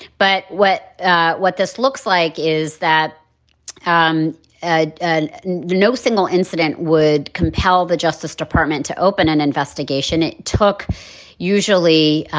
but what what this looks like is that um and no single incident would compel the justice department to open an investigation. it took usually.